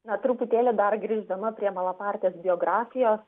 na truputėlį dar grįždama prie malapartės biografijos